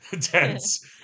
tense